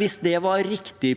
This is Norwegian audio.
hvis det var riktig,